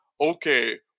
Okay